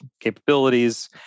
capabilities